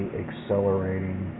accelerating